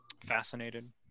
fascinated